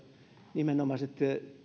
nimenomaiset